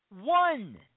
One